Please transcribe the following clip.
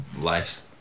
life's